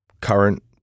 current